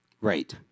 Right